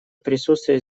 присутствие